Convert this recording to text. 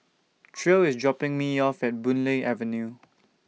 Tre IS dropping Me off At Boon Lay Avenue